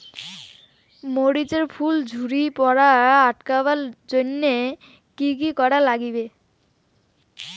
মরিচ এর ফুল ঝড়ি পড়া আটকাবার জইন্যে কি কি করা লাগবে?